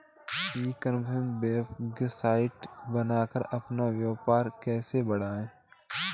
ई commerce website बनाकर अपना व्यापार कैसे बढ़ाएँ?